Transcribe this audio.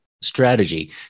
strategy